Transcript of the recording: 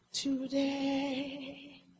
Today